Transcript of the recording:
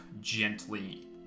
gently